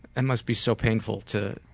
and must be so painful to